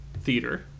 theater